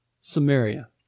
Samaria